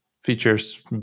features